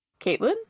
Caitlin